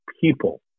people